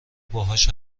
باهاش